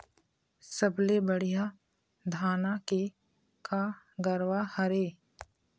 सबले बढ़िया धाना के का गरवा हर ये?